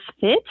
fit